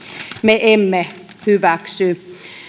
me emme hyväksy